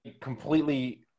completely